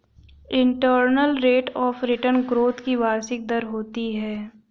internal rate of return growth की वार्षिक दर होती है